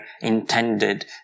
intended